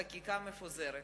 חקיקה מפוזרת?